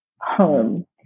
home